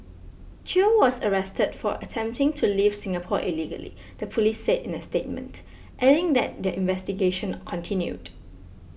chew was arrested for attempting to leave Singapore illegally the police said in a statement adding that their investigation continued